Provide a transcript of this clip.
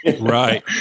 Right